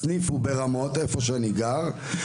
הסניף הוא ברמות איפה שאני גר.